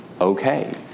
okay